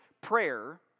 prayer